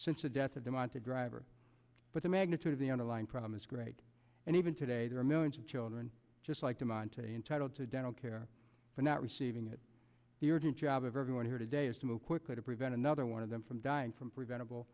since the death of the mounted driver but the magnitude of the underlying problem is great and even today there are millions of children just like them and to entitled to dental care for not receiving it the urgent job of everyone here today is to move quickly to prevent another one of them from dying from preventable